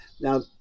Now